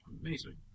amazing